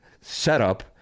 setup